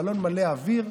בלון מלא אוויר.